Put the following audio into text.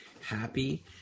happy